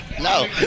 No